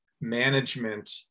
management